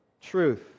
truth